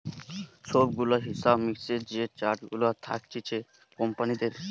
সব গুলা হিসাব মিক্সের যে চার্ট গুলা থাকতিছে কোম্পানিদের